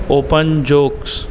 open jokes